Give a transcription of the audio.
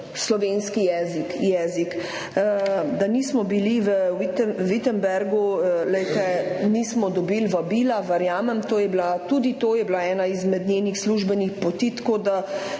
slovenski jezik. Da nismo bili v Wittenbergu – glejte, nismo dobili vabila, verjamem, tudi to je bila ena izmed njenih službenih poti, tako da